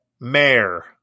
Mayor